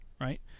right